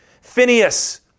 Phineas